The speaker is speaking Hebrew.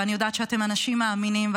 ואני יודעת שאתם אנשים מאמינים,